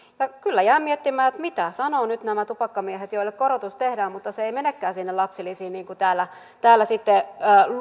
kyllä jään miettimään mitä sanovat nyt nämä tupakkamiehet joille korotus tehdään mutta se ei menekään sinne lapsilisiin niin kuin täällä täällä